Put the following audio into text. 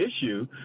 issue